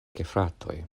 gefratoj